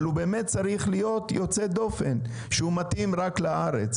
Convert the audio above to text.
אבל הוא באמת צריך להיות יוצא דופן שהוא מתאים רק לארץ,